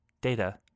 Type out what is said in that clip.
data